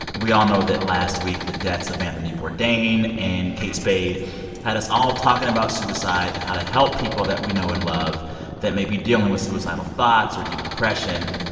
and we all know that last week the deaths of anthony bourdain and kate spade had us all talking about suicide and how to help people that we know and love that may be dealing with suicidal thoughts or deep depression.